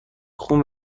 خون